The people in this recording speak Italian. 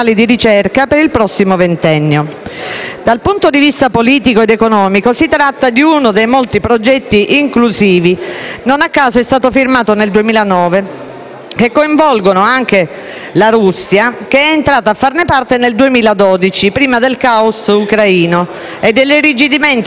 Dal punto di vista politico ed economico, si tratta di uno dei molti progetti inclusivi - non a caso è stato firmato nel 2009 - che coinvolgono anche la Russia, che è entrata a farne parte nel 2012, prima del caos ucraino e dell'irrigidimento dei rapporti bilaterali con l'Unione europea.